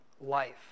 life